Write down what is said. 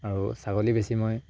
আৰু ছাগলী বেছি মই